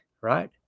right